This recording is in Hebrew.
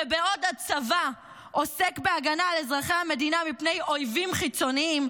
ובעוד הצבא עוסק בהגנה על אזרחי המדינה מפני אויבים חיצוניים,